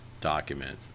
document